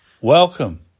Welcome